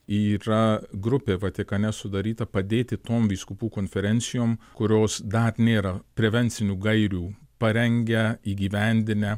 yra grupė vatikane sudaryta padėti tom vyskupų konferencijom kurios dar nėra prevencinių gairių parengę įgyvendinę